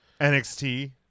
nxt